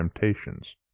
temptations